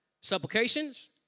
supplications